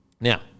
Now